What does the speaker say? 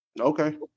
Okay